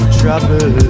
trouble